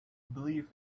believe